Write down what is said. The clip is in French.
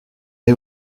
est